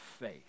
faith